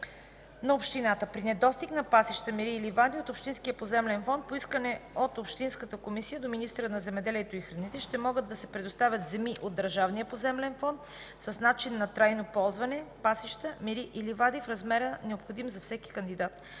на общината. При недостиг на пасища, мери и ливади от общинския поземлен фонд, по искане от общинската комисия до министъра на земеделието и храните, ще могат да се предоставят земи от държавния поземлен фонд с начин на трайно ползване - пасища, мери и ливади, в размера, необходим за всеки кандидат.